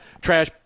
trash